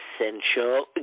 Essential